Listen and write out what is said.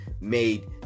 made